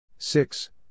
Six